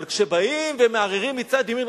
אבל כשבאים ומערערים מצד ימין,